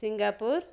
Singapore